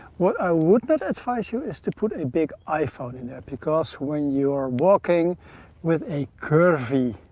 what i would not advise you is to put a big iphone in there because when you're walking with a curvy